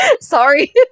Sorry